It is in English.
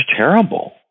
terrible